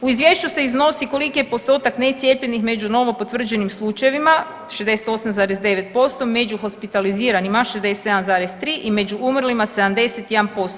U izvješću se iznosi koliki je postotak necijepljenih među novopotvrđenim slučajevima 68,9%, među hospitaliziranima 67,3 i među umrlima 71%